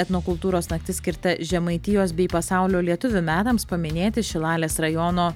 etnokultūros naktis skirta žemaitijos bei pasaulio lietuvių metams paminėti šilalės rajono